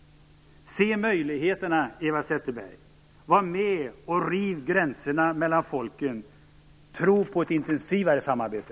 Se möjligheterna, Eva Zetterberg! Var med och riv gränserna mellan folken! Tro på ett intensivare samarbete!